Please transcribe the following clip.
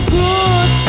good